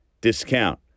discount